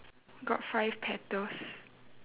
got five petals